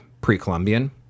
pre-Columbian